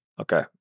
okay